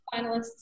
finalists